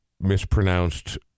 mispronounced